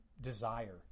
desire